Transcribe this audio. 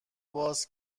باز